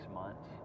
months